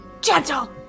gentle